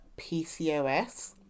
PCOS